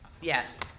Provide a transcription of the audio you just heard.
yes